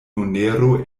monero